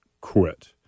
quit